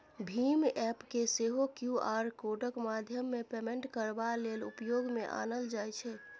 भीम app केँ सेहो Q R कोडक माध्यमेँ पेमेन्ट करबा लेल उपयोग मे आनल जाइ छै